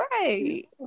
right